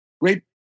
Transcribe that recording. great